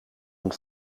hun